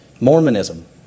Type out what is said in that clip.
Mormonism